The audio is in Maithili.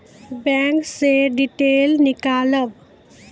बैंक से डीटेल नीकालव?